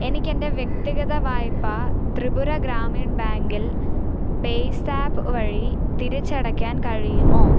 എനിക്ക് എൻ്റെ വ്യക്തിഗത വായ്പ ത്രിപുര ഗ്രാമീൺ ബാങ്കിൽ പേയ്സാപ്പ് വഴി തിരിച്ചടയ്ക്കാൻ കഴിയുമോ